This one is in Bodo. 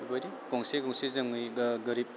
बेफोरबायदि गंसे गंसे जोंयै गोरिब